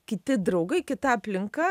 kiti draugai kita aplinka